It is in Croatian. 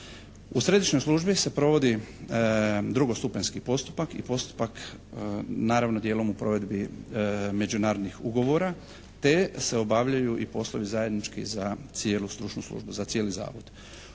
U središnjoj službi se provodi drugostupanjski postupak i postupak naravno dijelom u provedbi međunarodnih ugovora te se obavljaju i poslovi zajednički za cijelu stručnu službu, za cijeli zavod.